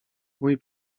mój